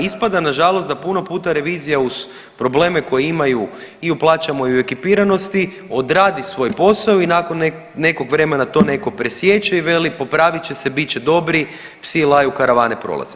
Ispada na žalost da puno puta revizija uz probleme koje imaju i u plaćama i u ekipiranosti odradi svoj posao i nakon nekog vremena to netko presiječe i veli popravit će se, bit će dobri, psi laju karavane prolaze.